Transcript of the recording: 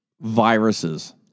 Viruses